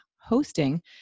hosting